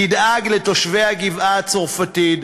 תדאג לתושבי הגבעה-הצרפתית,